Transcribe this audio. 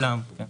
לכולם, כן.